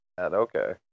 Okay